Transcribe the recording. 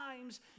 times